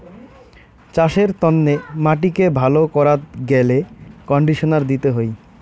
চাসের তন্নে মাটিকে ভালো করাত গ্যালে কন্ডিশনার দিতে হই